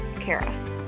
Kara